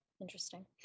Interesting